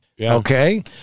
Okay